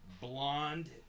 blonde